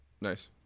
nice